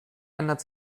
ändert